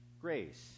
grace